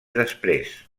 després